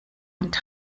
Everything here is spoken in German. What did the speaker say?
und